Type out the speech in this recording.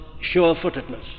sure-footedness